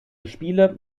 spiele